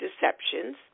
deceptions